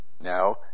now